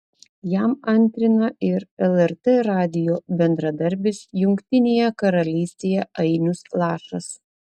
jam antrina ir lrt radijo bendradarbis jungtinėje karalystėje ainius lašas